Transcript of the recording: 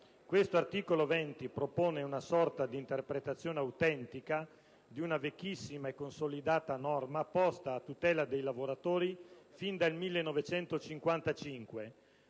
Questo articolo 20 propone una sorta di interpretazione autentica di una vecchissima e consolidata norma posta a tutela dei lavoratori fin dal 1955,